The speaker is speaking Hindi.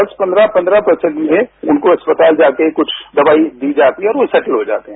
दस पन्द्रह परसेंट में उनकों अस्पताल जाकर कुछ दवाई दी जाती है और वो सही हो जाते हैं